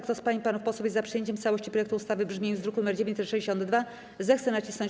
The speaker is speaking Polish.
Kto z pań i panów posłów jest za przyjęciem w całości projektu ustawy w brzmieniu z druku nr 962, zechce nacisnąć